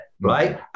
right